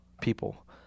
people